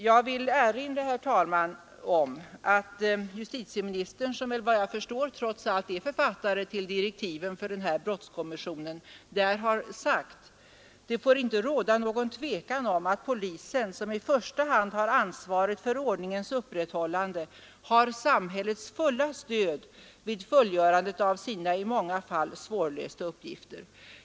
Jag vill, herr talman, erinra om att justitieministern som trots allt — enligt vad jag förstår — är författare till direktiven för brottskommissionen där har sagt: Det får inte råda någon tvekan om att polisen, som i första hand har ansvaret för ordningens upprätthållande, har samhällets fulla stöd vid fullgörandet av sina i många fall svårlösta uppgifter.